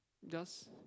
just